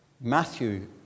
Matthew